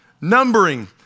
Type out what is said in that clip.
numbering